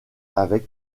avec